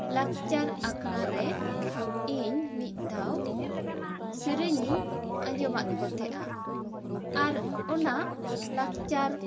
ᱞᱟᱠᱪᱟᱨ ᱟᱠᱷᱲᱟ ᱨᱮ ᱤᱧ ᱢᱤᱫ ᱫᱷᱟᱣ ᱥᱮᱨᱮᱧ ᱤᱧ ᱟᱸᱡᱚᱢᱟᱜ ᱠᱚ ᱛᱟᱦᱮᱸᱜ ᱟ ᱟᱨ ᱚᱱᱟ ᱞᱟᱠᱪᱟᱨ